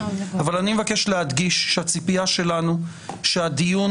אבל אני מבקש להדגיש שהציפייה שלנו היא שהדיון